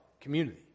community